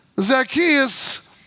Zacchaeus